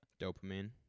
Dopamine